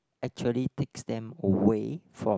actually takes them away from